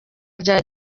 rya